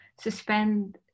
suspend